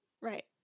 Right